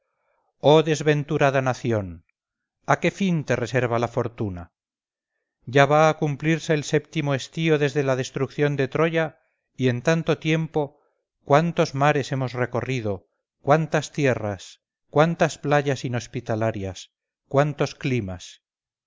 oh desventurada nación a qué fin te reserva la fortuna ya va a cumplirse el séptimo estío desde la destrucción de troya y en tanto tiempo cuántas mares hemos recorrido cuántas tierras cuántas playas inhospitalarias cuántos climas